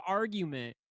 argument